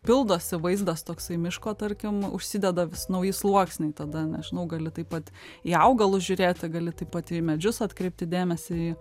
pildosi vaizdas toksai miško tarkim užsideda vis nauji sluoksniai tada nežinau gali taip pat į augalus žiūrėti gali taip pat į medžius atkreipti dėmesį į